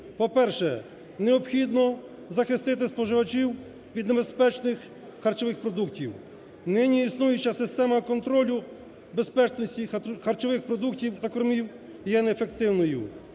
По-перше, необхідно захистити споживачів від небезпечних харчових продуктів. Нині існуюча система контролю безпечності і харчових продуктів та кормів є неефективною.